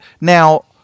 Now